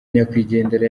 nyakwigendera